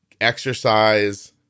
exercise